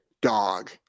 dog